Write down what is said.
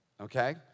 Okay